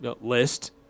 list